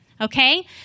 Okay